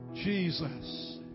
Jesus